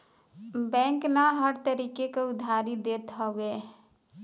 बैंकन हर तरीके क उधारी देत हउए